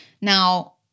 Now